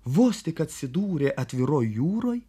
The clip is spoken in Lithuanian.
vos tik atsidūrė atviroj jūroj